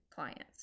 clients